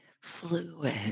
fluid